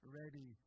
ready